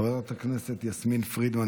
חברת הכנסת יסמין פרידמן,